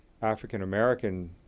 African-American